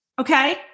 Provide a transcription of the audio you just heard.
Okay